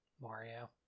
Mario